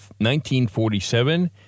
1947